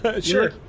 Sure